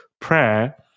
prayer